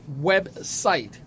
website